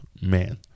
man